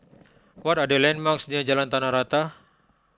what are the landmarks near Jalan Tanah Rata